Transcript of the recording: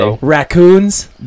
Raccoons